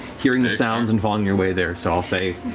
hearing the sounds and following your way there, so i'll say